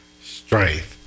strength